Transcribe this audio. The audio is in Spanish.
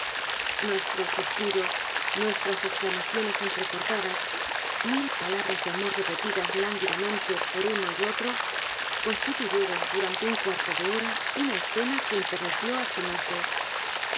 nuestros suspiros nuestras ex clamaciones entrecortadas mil palabras de amor repetidas lánguidamente por uno y otro constitu yeron durante un cuarto de hora una escena que enterneció al señor